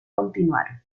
continuaron